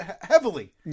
heavily